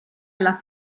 alla